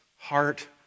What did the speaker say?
heart